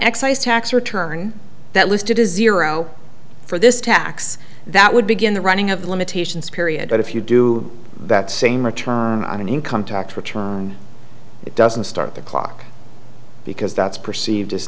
excise tax return that listed as zero for this tax that would begin the running of the limitations period but if you do that same return on an income tax return it doesn't start the clock because that's perceived as